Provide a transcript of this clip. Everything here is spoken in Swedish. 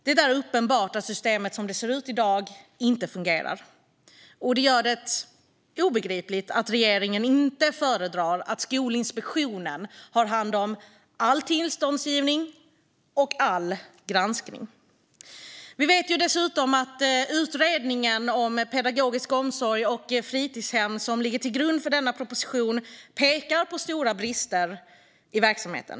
Det är uppenbart att systemet som det ser ut i dag inte fungerar, och det gör det obegripligt att regeringen inte föredrar att Skolinspektionen har hand om all tillståndsgivning och granskning. Vi vet dessutom att Utredningen om fritidshem och pedagogisk omsorg, vars arbete ligger till grund för denna proposition, pekar på stora brister i verksamheten.